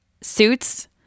suits